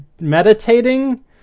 meditating